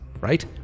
right